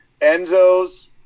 Enzo's